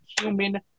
human